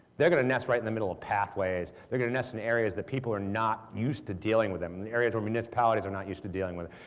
they're going to nest right in the middle of pathways, they're going to nest in areas that people are not used to dealing with them, in areas where municipalities are not used to dealing with